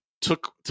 took